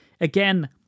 again